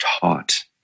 taught